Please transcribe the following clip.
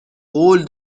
قول